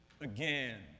again